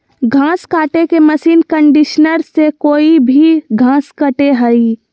घास काटे के मशीन कंडीशनर से कोई भी घास कटे हइ